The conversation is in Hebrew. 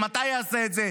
מתי יעשה את זה,